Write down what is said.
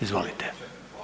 Izvolite.